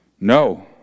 No